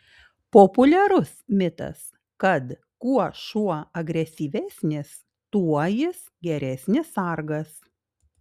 populiarus mitas kad kuo šuo agresyvesnis tuo jis geresnis sargas